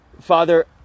Father